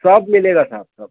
सब मिलेगा साहब सब